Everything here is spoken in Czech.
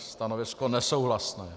Stanovisko nesouhlasné.